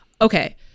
Okay